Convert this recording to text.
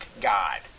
God